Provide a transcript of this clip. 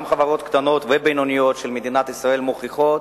גם חברות קטנות ובינוניות של מדינת ישראל מוכיחות